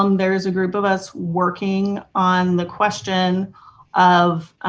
um there is a group of us working on the question of